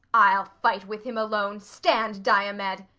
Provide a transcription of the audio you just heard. i'll fight with him alone. stand, diomed.